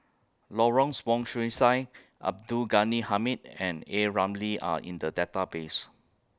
Lawrence Wong Shyun Tsai Abdul Ghani Hamid and A Ramli Are in The Database